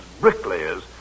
bricklayers